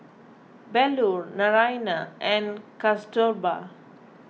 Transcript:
Bellur Naraina and Kasturba